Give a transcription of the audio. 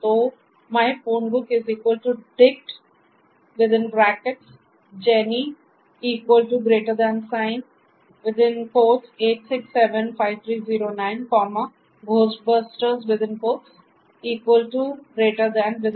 तो myphonebookDict यह विशेष कमांड डिक्शनरीको बनाएगी